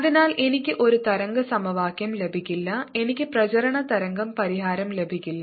അതിനാൽ എനിക്ക് ഒരു തരംഗ സമവാക്യം ലഭിക്കില്ല എനിക്ക് പ്രചാരണ തരംഗ പരിഹാരം ലഭിക്കില്ല